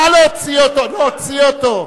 נא להוציא אותו, להוציא אותו,